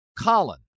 Colin